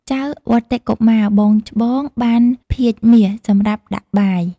ចៅវត្តិ កុមារ (បងច្បង) បាន ភាជន៍មាស សម្រាប់ដាក់បាយ។